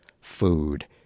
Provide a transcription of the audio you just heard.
food